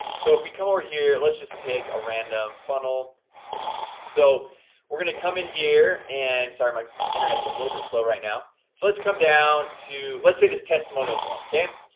so if we come over here let's just pick a random funnel so we're gonna come in here and sorry my internet's a little bit slow right now so let's come down to let's say this testimonials one. okay.